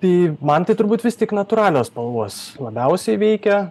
tai man tai turbūt vis tik natūralios spalvos labiausiai veikia